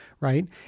Right